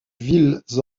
villes